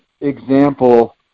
example